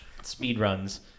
speedruns